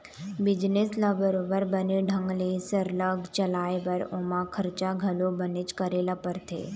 business ल बरोबर बने ढंग ले सरलग चलाय बर ओमा खरचा घलो बनेच करे ल परथे